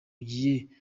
ugiye